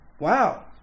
Wow